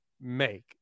make